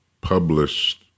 published